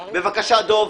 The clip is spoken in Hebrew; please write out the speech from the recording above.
בבקשה, דב.